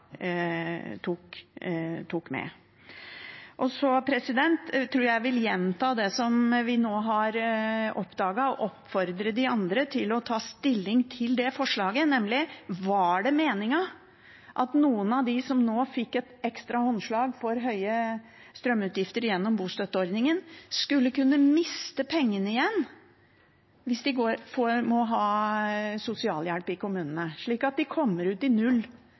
tok med. Jeg tror jeg vil gjenta det som vi nå har oppdaget, og oppfordre de andre til å ta stilling til det forslaget, nemlig: Var det meningen at noen av dem som nå fikk et ekstra håndslag til høye strømutgifter gjennom bostøtteordningen, skulle kunne miste pengene igjen hvis de må ha sosialhjelp i kommunene, slik at de kommer ut i null